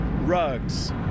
rugs